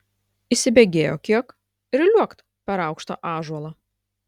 įsibėgėjo kiek ir liuokt per aukštą ąžuolą